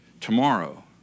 tomorrow